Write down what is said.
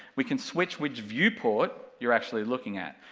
we can switch which viewport you're actually looking at,